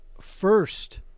first